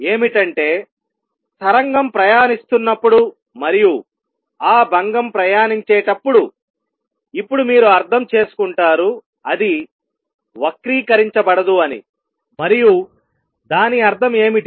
ఏమిటంటే తరంగం ప్రయాణిస్తున్నప్పుడు మరియు ఆ భంగం ప్రయాణించేటప్పుడు ఇప్పుడు మీరు అర్థం చేసుకుంటారు అది వక్రీకరించబడదు అని మరియు దాని అర్థం ఏమిటి